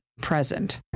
present